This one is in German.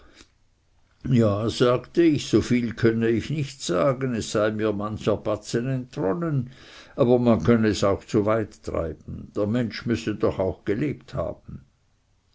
ja sagte ich so viel könne ich nicht sagen es sei mir mancher batzen entronnen aber man könne es auch zu weit treiben der mensch müsse doch auch gelebt haben